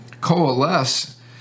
coalesce